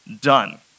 done